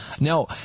Now